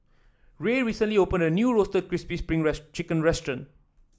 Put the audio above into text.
Rae recently opened a new Roasted Crispy Spring Chicken restaurant